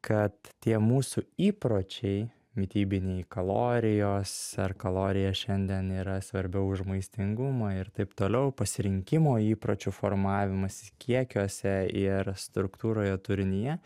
kad tie mūsų įpročiai mitybiniai kalorijos ar kalorija šiandien yra svarbiau už maistingumą ir taip toliau pasirinkimo įpročių formavimasis kiekiuose ir struktūroje turinyje